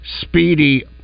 speedy